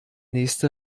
nächste